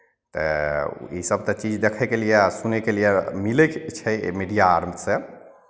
तऽ इसभ तऽ चीज देखयके लिए आओर सुनयके लिए मिलै छै मीडिया आरसँ